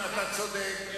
אתה צודק.